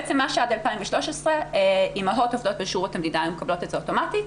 בעצם מה שעד 2013 אימהות עובדות בשירות המדינה היו מקבלות אוטומטית,